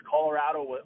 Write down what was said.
Colorado